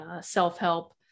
self-help